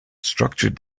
structured